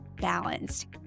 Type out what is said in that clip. balanced